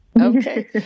Okay